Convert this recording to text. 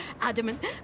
adamant